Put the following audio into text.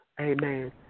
Amen